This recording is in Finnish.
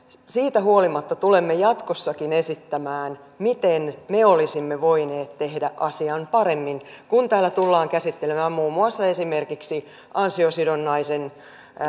siitä huolimatta tulemme jatkossakin esittämään miten me olisimme voineet tehdä asian paremmin kun täällä tullaan käsittelemään esimerkiksi ansiosidonnaisen